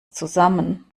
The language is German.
zusammen